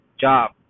job